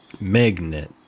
Magnet